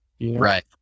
right